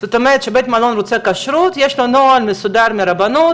זאת אומרת שכשבית מלון רוצה כשרות יש לו נוהל מסודר מהרבנות